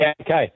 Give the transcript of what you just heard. okay